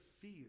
fear